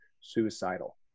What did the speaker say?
suicidal